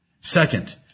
Second